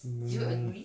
mm